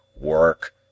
work